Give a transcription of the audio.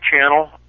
channel